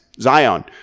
Zion